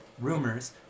rumors